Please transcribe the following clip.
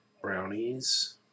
brownies